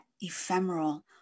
ephemeral